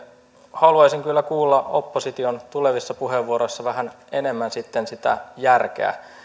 haluaisin kyllä kuulla opposition tulevissa puheenvuoroissa vähän enemmän sitten sitä järkeä